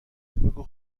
بگو